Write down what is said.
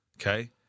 Okay